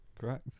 Correct